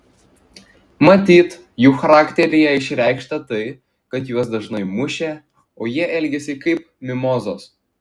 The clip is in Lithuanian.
matyt jų charakteryje išreikšta tai kad juos dažnai mušė o jie elgėsi kaip mimozos